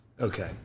Okay